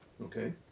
Okay